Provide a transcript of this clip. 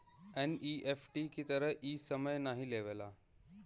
NEFT की तरह इ समय नाहीं लेवला